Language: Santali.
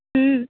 ᱦᱩᱸ